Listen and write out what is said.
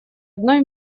одной